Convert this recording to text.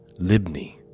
Libni